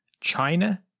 China